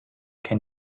can